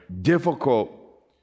difficult